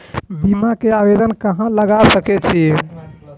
बीमा के आवेदन कहाँ लगा सके छी?